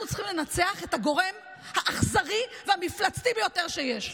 אנחנו צריכים לנצח את הגורם האכזרי והמפלצתי ביותר שיש.